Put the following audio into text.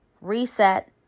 reset